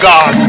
God